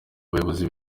bayobozi